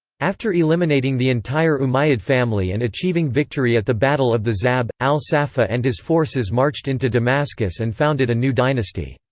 after eliminating the entire umayyad family and achieving victory at the battle of the zab, al-saffah and his forces marched into damascus and founded a new dynasty.